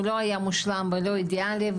הוא לא היה מושלם ולא אידיאלי,